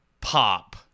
pop